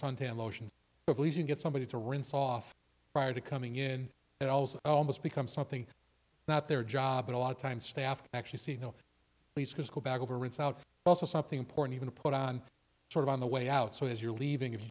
suntan lotion get somebody to rinse off prior to coming in and also almost become something not their job and a lot of times staff actually see no please go back over rinse out also something important even to put on sort of on the way out so as you're leaving